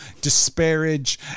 disparage